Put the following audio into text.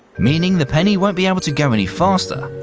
meaning the penny won't be able to go any faster.